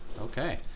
Okay